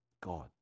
God